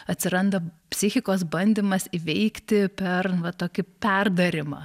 atsiranda psichikos bandymas įveikti per va tokį perdarymą